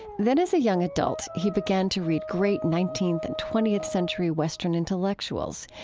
then as a young adult, he began to read great nineteenth and twentieth century western intellectuals,